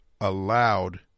allowed